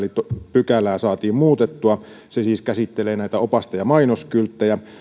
pykälää saatiin muutettua se siis käsittelee näitä opaste ja mainoskylttejä